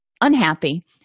unhappy